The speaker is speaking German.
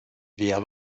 wer